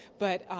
but,